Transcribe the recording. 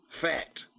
fact